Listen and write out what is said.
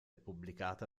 pubblicata